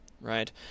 right